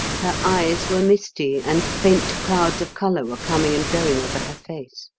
her eyes were misty and faint clouds of color were coming and going over her face.